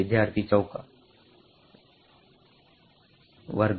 ವಿದ್ಯಾರ್ಥಿವರ್ಗ ವರ್ಗ